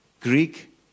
Greek